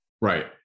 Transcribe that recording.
right